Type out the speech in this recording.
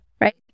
right